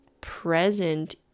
present